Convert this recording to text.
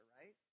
right